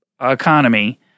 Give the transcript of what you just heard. economy